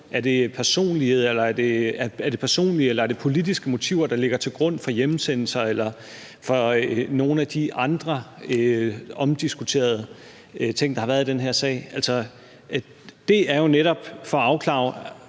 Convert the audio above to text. Er det personlige, eller er det politiske motiver, der ligger til grund for hjemsendelser eller for nogle af de andre omdiskuterede ting, der har været i den her sag? Det er jo netop for at afklare: